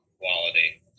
quality